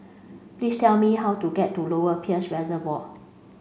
please tell me how to get to Lower Peirce Reservoir